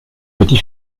petit